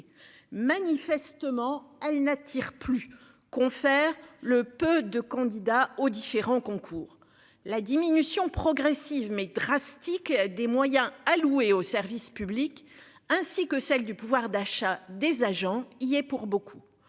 manifestement elle n'attire plus. Confère le peu de candidats aux différents concours la diminution progressive mais drastique des moyens alloués aux services publics ainsi que celle du pouvoir d'achat des agents. Il y est pour beaucoup.